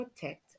protect